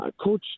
Coach